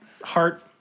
heart